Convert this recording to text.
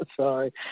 Sorry